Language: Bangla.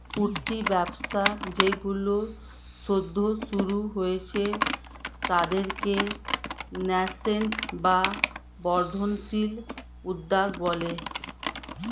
উঠতি ব্যবসা যেইগুলো সদ্য শুরু হয়েছে তাদেরকে ন্যাসেন্ট বা বর্ধনশীল উদ্যোগ বলে